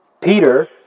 Peter